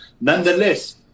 Nonetheless